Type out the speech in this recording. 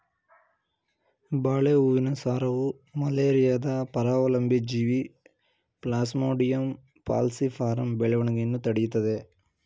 ಬಾಳೆ ಹೂವಿನ ಸಾರವು ಮಲೇರಿಯಾದ ಪರಾವಲಂಬಿ ಜೀವಿ ಪ್ಲಾಸ್ಮೋಡಿಯಂ ಫಾಲ್ಸಿಪಾರಮ್ ಬೆಳವಣಿಗೆಯನ್ನು ತಡಿತದೇ